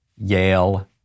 Yale